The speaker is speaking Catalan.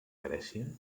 grècia